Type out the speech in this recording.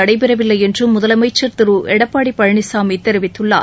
நடைபெறவில்லை என்றும் முதலமைச்சர் திரு எடப்பாடி பழனிசாமி தெரிவித்துள்ளார்